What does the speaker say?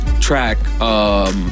track